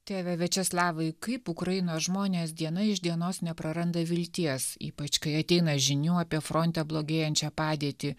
tėve viačeslavai kaip ukrainos žmonės diena iš dienos nepraranda vilties ypač kai ateina žinių apie fronte blogėjančią padėtį